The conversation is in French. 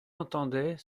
entendaient